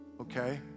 okay